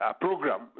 program